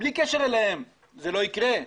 ובלי קשר אליהם זה לא יקרה.